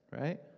right